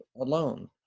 alone